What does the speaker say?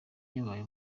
yabaye